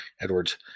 Edwards